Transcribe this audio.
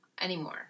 anymore